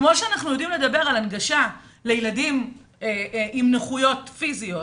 כמו שאנחנו יודעים לדבר על הנגשה לילדים עם נכויות פיזיות,